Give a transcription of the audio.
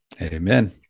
Amen